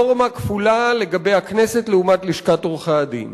נורמה כפולה לגבי הכנסת לעומת לשכת עורכי-הדין,